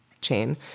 chain